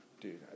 Dude